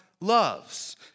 loves